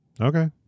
Okay